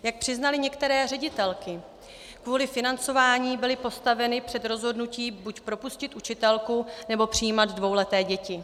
Jak přiznaly některé ředitelky, kvůli financování byly postaveny před rozhodnutí buď propustit učitelku, nebo přijímat dvouleté děti.